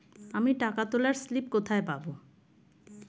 আমি টাকা তোলার স্লিপ কোথায় পাবো?